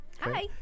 Hi